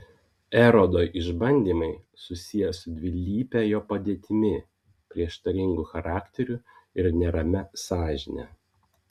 erodo išbandymai susiję su dvilype jo padėtimi prieštaringu charakteriu ir neramia sąžinę